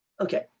Okay